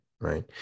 Right